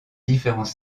différents